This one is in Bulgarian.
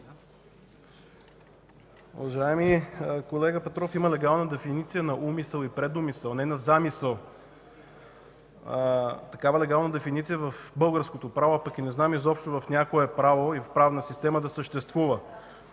Уважаеми колега Петров, има легална дефиниция на „умисъл” и „предумисъл”, а не на „замисъл”. Такава легална дефиниция в българското право, пък не знам изобщо и в някое право или правна система, да съществува.